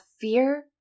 fear